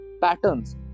patterns